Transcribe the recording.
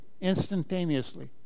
instantaneously